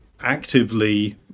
actively